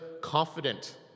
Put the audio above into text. confident